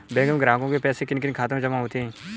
बैंकों में ग्राहकों के पैसे किन किन खातों में जमा होते हैं?